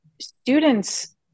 students